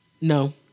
No